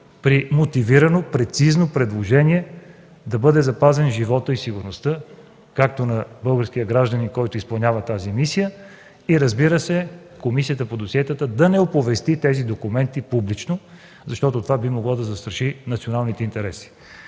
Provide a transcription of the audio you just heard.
при мотивирано, прецизно предложение да бъде запазен животът и сигурността както на българския гражданин, изпълняващ тази мисия, и, разбира се , Комисията по досиетата да не оповести тези документи публично, защото това би могло да застраши националните интереси.